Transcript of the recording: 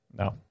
No